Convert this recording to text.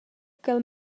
ch’el